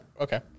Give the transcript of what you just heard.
Okay